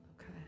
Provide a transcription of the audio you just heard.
Okay